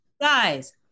guys